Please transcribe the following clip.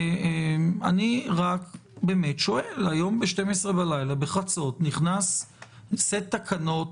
אני רק שואל, היום בחצות נכנס סט תקנות